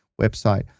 website